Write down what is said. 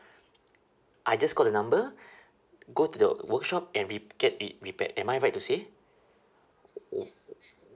I just call the number go to the workshop and re~ get it repaired am I right to say